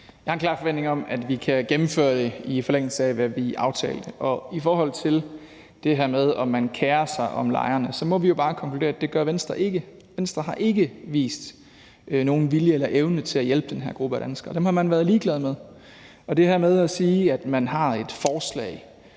Jeg har en klar forventning om, at vi kan gennemføre det i forlængelse af, hvad vi aftalte. Og i forhold til det her med, om man kerer sig om lejerne, må vi jo bare konkludere, at det gør Venstre ikke. Venstre har ikke vist nogen vilje eller evne til at hjælpe den her gruppe af danskere, og dem har man været ligeglad med. I forhold til det her med, at man har et forslag